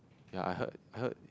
ya I heard I heard